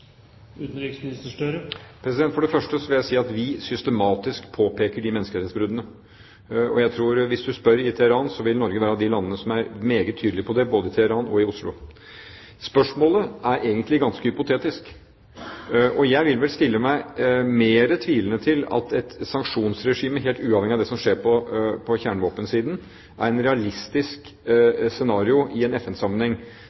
vil jeg si at vi systematisk påpeker disse menneskerettighetsbruddene. Jeg tror – hvis du spør i Teheran – at Norge er av de landene som er meget tydelig på det, både i Teheran og i Oslo. Spørsmålet er egentlig ganske hypotetisk. Jeg vil vel stille meg mer tvilende til at et sanksjonsregime – helt uavhengig av det som skjer på kjernevåpensiden – er et realistisk